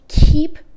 keep